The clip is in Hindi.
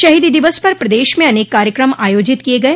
शहीदी दिवस पर प्रदेश में अनेक कार्यक्रम आयोजित किये गये